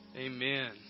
Amen